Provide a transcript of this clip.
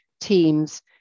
teams